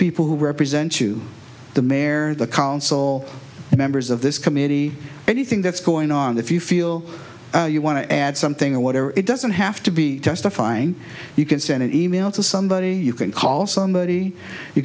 people who represent to the mayor the council members of this committee anything that's going on the few feel you want to add something or whatever it doesn't have to be testifying you can send an e mail to somebody you can call somebody you